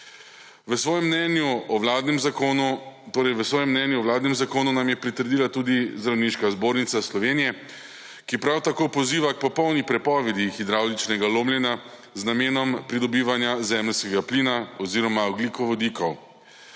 V svojem mnenju, o vladnem zakonu, nam je pritrdila tudi Zdravniška zbornica Slovenije, ki prav tako poziva k popolni prepovedi hidravličnega lomljenja, z namenom pridobivanja zemeljskega plina oziroma ogljikovodikov.